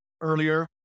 earlier